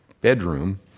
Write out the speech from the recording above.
bedroom